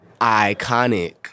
iconic